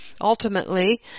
ultimately